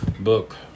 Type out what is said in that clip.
book